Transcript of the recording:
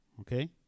Okay